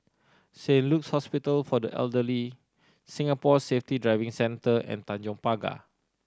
Saint Luke's Hospital for the Elderly Singapore Safety Driving Centre and Tanjong Pagar